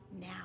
now